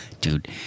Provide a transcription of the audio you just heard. Dude